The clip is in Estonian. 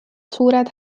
suured